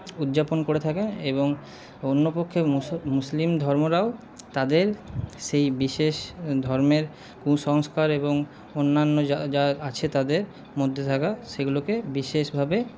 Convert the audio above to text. উদযাপন করে থাকে এবং অন্যপক্ষে মুসলিম ধর্মরাও তাদের সেই বিশেষ ধর্মের কুসংস্কার এবং অন্যান্য যা আছে তাদের মধ্যে থাকা সেগুলোকে বিশেষভাবে